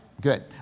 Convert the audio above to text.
Good